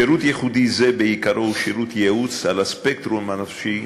שירות ייחודי זה הוא בעיקרו שירות ייעוץ על הספקטרום הנפשי,